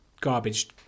garbage